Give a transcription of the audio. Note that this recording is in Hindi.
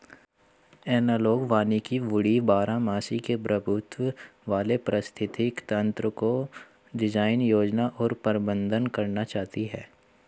एनालॉग वानिकी वुडी बारहमासी के प्रभुत्व वाले पारिस्थितिक तंत्रको डिजाइन, योजना और प्रबंधन करना चाहती है